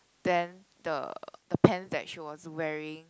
then the the pants that she was wearing